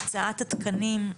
הקצאת התקנים,